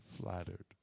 flattered